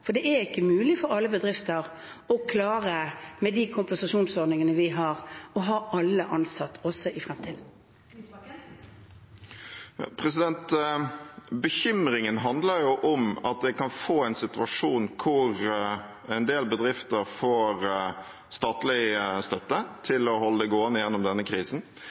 For det er ikke mulig for alle bedrifter å klare, med de kompensasjonsordningene vi har, å ha alle ansatt også i fremtiden. Audun Lysbakken – til oppfølgingsspørsmål. Bekymringen handler jo om at vi kan få en situasjon hvor en del bedrifter får statlig støtte til å holde det gående gjennom denne krisen,